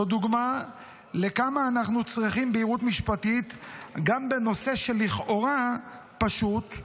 זו דוגמא לכמה אנחנו צריכים בהירות משפטית גם בנושא לכאורה פשוט,